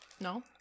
No